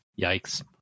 Yikes